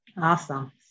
Awesome